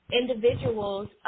individuals